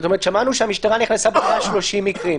שמענו שהמשטרה נכנסה ב-130 מקרים,